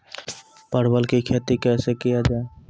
परवल की खेती कैसे किया जाय?